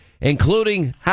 including